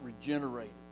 regenerated